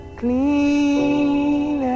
clean